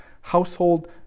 household